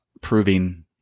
proving